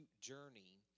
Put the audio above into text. journey